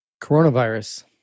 Coronavirus